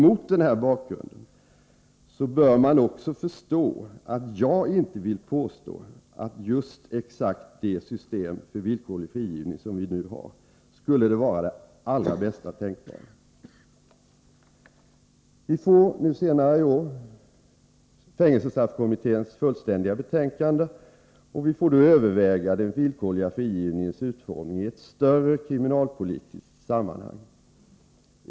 Mot denna bakgrund bör man också förstå att jag inte vill påstå att just exakt det system för villkorlig frigivning som vi nu har skulle vara det allra bästa tänkbara. Vi får senare i år fängelsestraffkommitténs fullständiga betänkande, och vi får då överväga den villkorliga frigivningens utformning i ett större kriminalpolitiskt sammanhang.